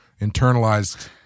internalized